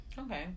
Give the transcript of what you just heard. Okay